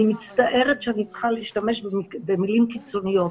אני מצטערת שאני צריכה להשתמש במילים קיצוניות,